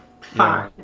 fine